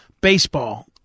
baseball